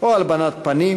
או הלבנת הפנים,